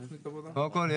קודם כל,